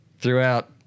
throughout